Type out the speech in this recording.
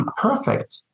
perfect